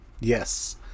yes